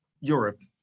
Europe